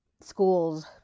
school's